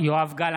(קורא בשמות חברי הכנסת) יואב גלנט,